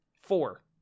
Four